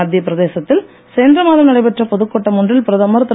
மத்தியபிரதேசத்தில் சென்ற மாதம் நடைபெற்ற பொதுக்கூட்டம் ஒன்றில் பிரதமர் திரு